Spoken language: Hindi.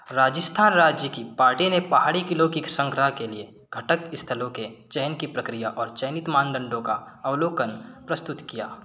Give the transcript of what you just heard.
राजस्थान राज्य की पार्टी ने पहाड़ी किलोक श्रृंखला के लिए घटक स्थलों के चयन की प्रक्रिया और चयनित मानदंडों का अवलोकन प्रस्तुत किया